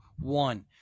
one